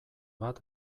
bat